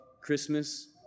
Christmas